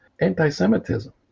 anti-Semitism